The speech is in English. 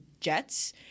jets